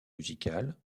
musicales